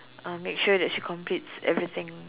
uh make sure that she completes everything